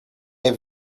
have